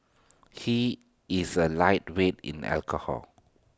he is A lightweight in alcohol